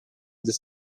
this